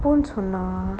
போனு சொன்னா:ponu sonna